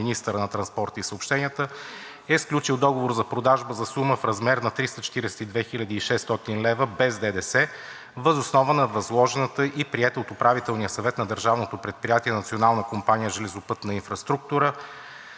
министъра на транспорта и съобщенията е сключил договор за продажба за сума в размер на 342 хил. и 600 лв., без ДДС, въз основа на възложеното и прието от Управителния съвет на държавното предприятие Национална компания „Железопътна инфраструктура“